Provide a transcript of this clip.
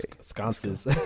sconces